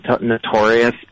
notorious